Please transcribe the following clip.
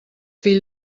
fill